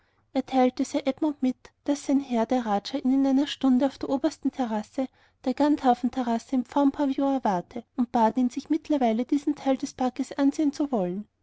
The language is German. sir edmund mit daß sein herr der raja ihn in einer stunde auf der obersten terrasse der gandharven terrasse im pfauenpavillon erwarte und bat ihn sich mittlerweile diesen teil des parkes ansehen zu wollen